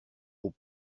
aux